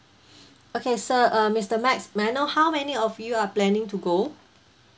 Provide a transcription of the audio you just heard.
okay sir uh mister max may I know how many of you are planning to go